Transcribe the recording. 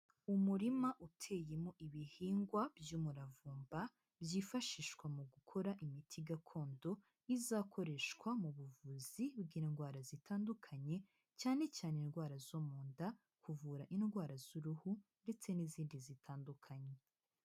Umurima uteyemo ibihingwa by'umuravumba byifashishwa mu gukora imiti gakondo izakoreshwa mu buvuzi bw'indwara zitandukanye, cyane cyane indwara zo mu nda, kuvura indwara z'uruhu ndetse n'izindi zitandukanye.